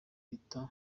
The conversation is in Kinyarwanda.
ihita